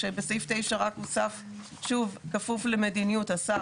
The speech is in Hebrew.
כשבסעיף 9 רק הוסף "כפוף למדיניות השר,